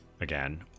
again